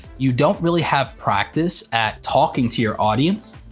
you don't really have practice at talking to your audience,